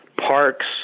parks